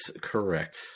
correct